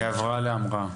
מהבראה להמראה.